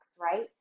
right